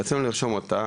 רצינו לרשום אותה,